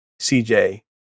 CJ